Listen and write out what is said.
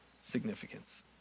significance